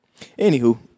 Anywho